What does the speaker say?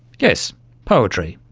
yes, poetry.